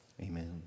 Amen